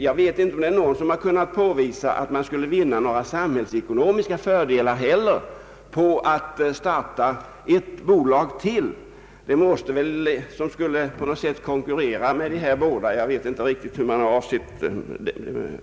Jag vet inte någon som har kunnat påvisa att vi skulle vinna några samhällsekonomiska fördelar med att starta ytterligare ett bolag som skulle konkurrera med de tidigare nämnda. Jag vet inte vad man har menat med detta.